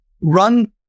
run